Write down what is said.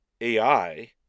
AI –